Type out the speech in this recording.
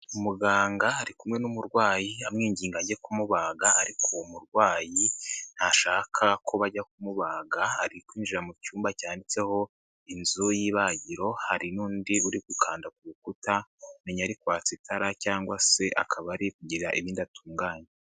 Muganga ari kumwe n'umurwayi amwinginga ngo ajye kumubaga, ariko uwo murwayi ntashaka ko bajya kumubaga, ari kwinjira mu cyumba cyanditseho inzu y'ibagiro, hari n'undi uri gukanda ku rukuta menya ari kwatsa itara cyangwa se akaba ari kugira ibindi atunganya.